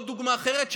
דוגמה אחרת,